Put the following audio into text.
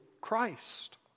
Christ